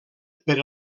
per